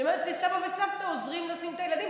היא אומרת: כי סבא וסבתא עוזרים לשים את הילדים